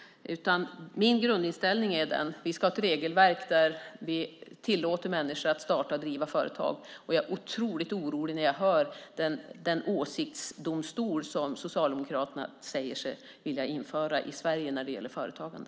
Min grundinställning är att vi ska ha ett regelverk där vi tillåter människor att starta och driva företag. Jag blir därför orolig när jag hör om den åsiktsdomstol som Socialdemokraterna säger sig vilja införa i Sverige när det gäller företagande.